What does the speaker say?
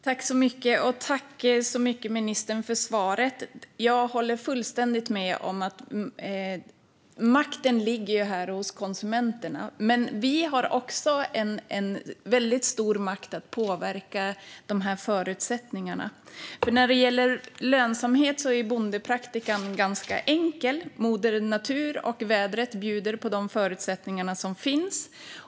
Fru talman! Tack så mycket, ministern, för svaret! Jag håller fullständigt med om att makten här ligger hos konsumenterna, men vi har också en väldigt stor makt att påverka förutsättningarna. När det gäller lönsamhet är bondepraktikan ganska enkel. Moder natur och vädret bjuder på de förutsättningar som finns.